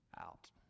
out